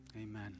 Amen